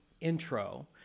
intro